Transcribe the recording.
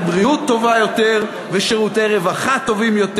בריאות טובה יותר ושירותי רווחה טובים יותר.